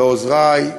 ועוזרי,